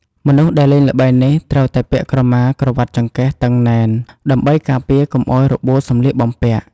មនុស្សដែលលេងល្បែងនេះត្រូវតែពាក់ក្រមាក្រវាត់ចង្កេះតឹងណែន ដើម្បីការពារកុំឲ្យរបូតសម្លៀកបំពាក់។